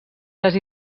les